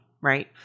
right